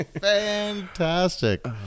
fantastic